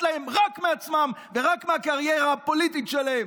להם רק מעצמם ורק מהקריירה הפוליטית שלהם.